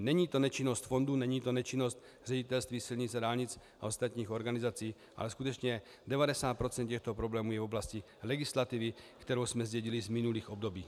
Není to nečinnost fondů, není to nečinnost Ředitelství silnic a dálnic a ostatních organizací, ale skutečně devadesát procent těchto problémů je v oblasti legislativy, kterou jsme zdědili z minulých období.